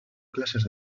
clases